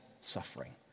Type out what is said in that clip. suffering